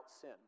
sin